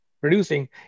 producing